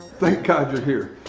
thank god you're here.